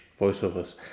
voiceovers